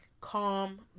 calm